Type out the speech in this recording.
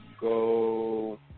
go